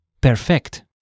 Perfect